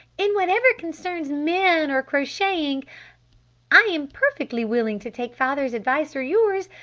in whatever concerns men or crocheting i'm perfectly willing to take father's advice or yours.